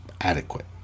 adequate